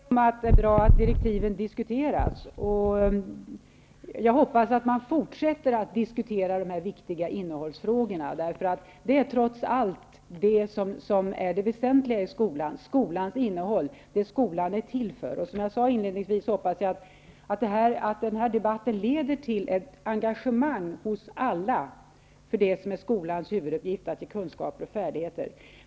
Herr talman! Jag håller med om att det är bra att direktiven diskuteras. Jag hoppas att man fortsätter att diskutera de viktiga frågorna om innehållet. Det väsentliga i skolan är innehållet och vad skolan är till för. Som jag sade inledningsvis hoppas jag att debatten leder till ett engagemang hos alla för det som är skolans huvuduppgift, nämligen att ge kunskaper och färdigheter.